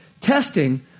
Testing